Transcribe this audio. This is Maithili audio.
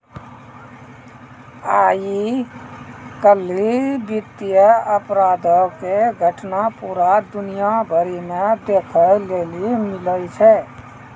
आइ काल्हि वित्तीय अपराधो के घटना पूरा दुनिया भरि मे देखै लेली मिलै छै